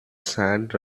sand